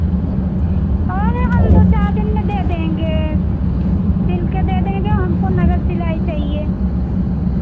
अरे हम दो चार दिन में दे देंगे सिल कर दे देंगे हमको नगद सिलाई चाहिए